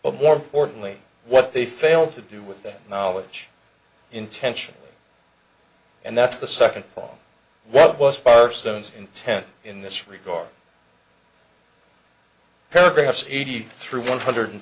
but more importantly what they failed to do with that knowledge intentional and that's the second problem that was firestone's intent in this regard paragraphs eighty three one hundred